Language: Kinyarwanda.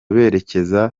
berekeza